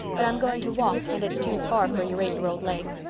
but i'm going to walk and it's too far for your eight-year-old legs.